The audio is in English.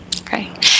Okay